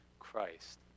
christ